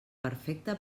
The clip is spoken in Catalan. perfecta